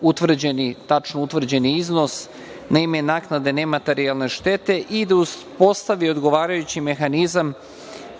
isplati tačno utvrđeni iznos na ime naknade nematerijalne štete i da uspostavi odgovarajući mehanizam